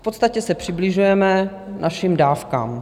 V podstatě se přibližujeme našim dávkám.